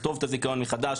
הזיכיון מחדש,